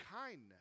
kindness